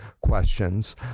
questions